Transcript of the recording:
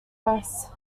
press